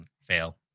fail